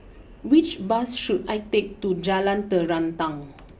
which bus should I take to Jalan Terentang